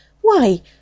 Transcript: Why